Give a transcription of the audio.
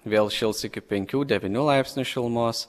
vėl šils iki penkių devynių laipsnių šilumos